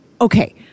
okay